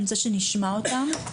אני רוצה שנשמע אותם.